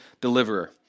deliverer